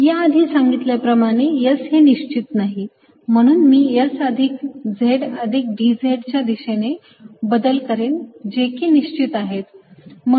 या आधी सांगितल्याप्रमाणे S हे निश्चित नाही म्हणून मी S अधिक z अधिक dz च्या दिशेने बदल करेन जे की निश्चित आहेत